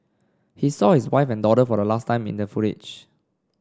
he saw his wife and daughter for a last time in the footage